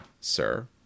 sir